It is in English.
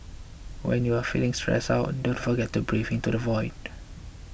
when you are feeling stressed out don't forget to breathe into the void